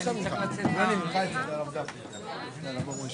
הישיבה ננעלה בשעה 13:30.